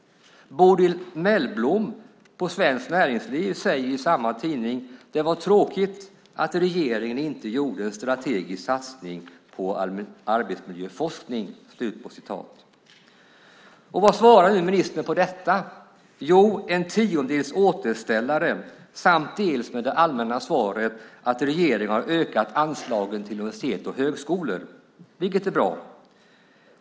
Bodil Mellblom på Svenskt Näringsliv säger i samma tidning: "Det var tråkigt att regeringen inte gjorde en strategisk satsning på arbetsmiljöforskningen." Vad svarar ministern på detta? Jo, att det görs en tiondels återställare samt ger det allmänna svaret att regeringen har ökat anslagen till universitet och högskolor, vilket är bra.